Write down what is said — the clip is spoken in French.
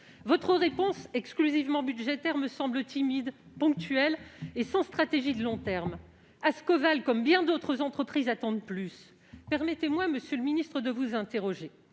Votre réponse, exclusivement budgétaire, me semble timide, ponctuelle et sans stratégie de long terme. Ascoval, comme bien d'autres entreprises, attend plus ! Permettez-moi, monsieur le ministre, de vous interroger.